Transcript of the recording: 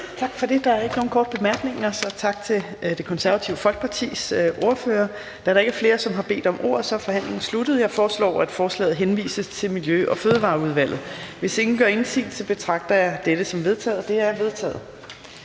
Torp): Der er ikke nogen korte bemærkninger, så tak til Det Konservative Folkepartis ordfører. Da der ikke er flere, som har bedt om ordet, er forhandlingen sluttet. Jeg foreslår, at forslaget henvises til Miljø- og Fødevareudvalget. Hvis ingen gør indsigelse, betragter jeg dette som vedtaget. Det er vedtaget.